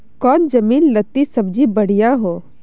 कौन जमीन लत्ती सब्जी बढ़िया हों?